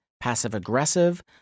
passive-aggressive